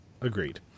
agreed